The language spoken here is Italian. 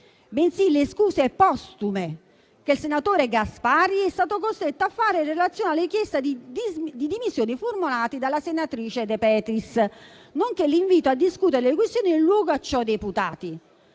bensì le scuse postume che il senatore Gasparri è stato costretto a fare in relazione alla richiesta di dimissioni formulata dalla senatrice De Petris, nonché l'invito a discutere le questioni nel luogo a ciò deputato.